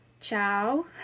ciao